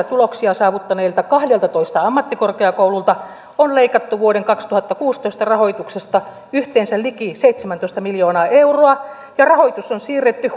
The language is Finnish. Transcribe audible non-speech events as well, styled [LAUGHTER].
[UNINTELLIGIBLE] tuloksia saavuttaneilta kahdeltatoista ammattikorkeakoululta on leikattu vuoden kaksituhattakuusitoista rahoituksesta yhteensä liki seitsemäntoista miljoonaa euroa ja rahoitus on siirretty [UNINTELLIGIBLE]